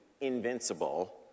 invincible